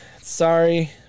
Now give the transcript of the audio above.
Sorry